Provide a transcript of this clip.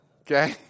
okay